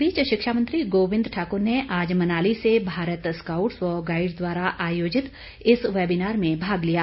इस बीच शिक्षा मंत्री गोविंद ठाकुर ने आज मनाली से भारत स्कॉउटस व गाईडस द्वारा आयोजित इस वेबिनार में भाग लिया